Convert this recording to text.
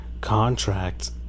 contract